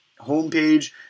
homepage